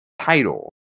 title